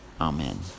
Amen